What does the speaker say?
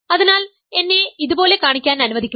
അതിനാൽ എന്നെ ഇതുപോലെ കാണിക്കാൻ അനുവദിക്കുക